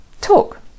talk